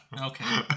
Okay